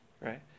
right